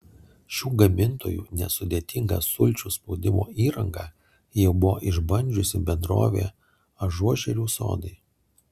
šių gamintojų nesudėtingą sulčių spaudimo įrangą jau buvo išbandžiusi bendrovė ažuožerių sodai